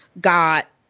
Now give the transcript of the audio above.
got